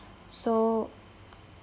so